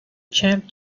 champ